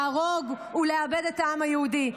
להרוג ולאבד את העם היהודי.